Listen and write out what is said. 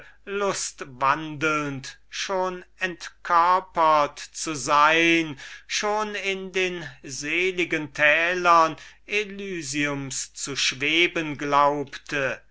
hingegossen schon entkörpert zu sein schon in den seligen tälern des elysiums zu schweben glaubte mitten